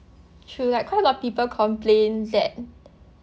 true like quite a lot of people complain that